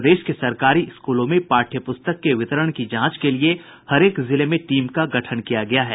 प्रदेश के सरकारी स्कूलों में पाठ्य पुस्तक के वितरण की जांच के लिये हरेक जिले में टीम का गठन किया गया है